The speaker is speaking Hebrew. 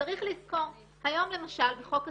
צריך לזכור, היום למשל, בחוק הסרטונים,